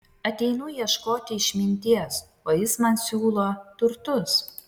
ateinu ieškoti išminties o jis man siūlo turtus